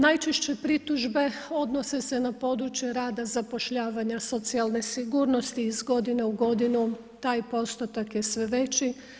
Najčešće pritužbe odnose se na područje rada zapošljavanja, socijalne sigurnosti, iz godine u godinu taj postotak je sve veći.